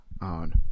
on